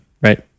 Right